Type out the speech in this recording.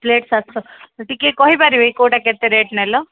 plate ସାତଶହ ଟିକେ କହିପାରିବେ କେଉଁଟା କେତେ ରେଟ୍ ନେଲ